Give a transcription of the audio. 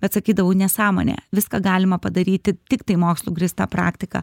bet sakydavau nesąmonė viską galima padaryti tiktai mokslu grįsta praktika